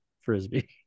Frisbee